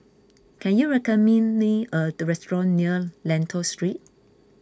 can you recommend me a restaurant near Lentor Street